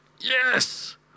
Yes